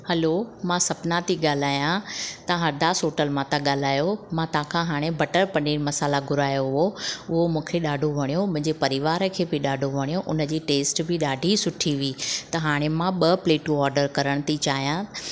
हलो मां सपना थी ॻाल्हायां तव्हां अरदास हॉटल मां था ॻाल्हायो मां तव्हां खां हाणे बटर पनीर मसाला घुरायो हुओ उहो मूंखे ॾाढो वणियो मुंहिंजे परिवार खे बि ॾाढो वणियो हुनजी टेस्ट बि ॾाढी सुठी हुई त हाणे मां ॿ प्लेटू ऑडर करणु थी चाहियां